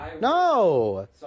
No